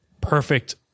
perfect